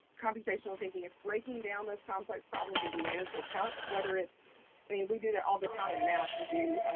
computational thinking is breaking down those complex problems into manageable chunks, whether it's i mean, we do that all the time in math. we do